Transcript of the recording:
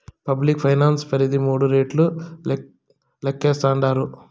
public finance పరిధి మూడు రెట్లు లేక్కేస్తాండారు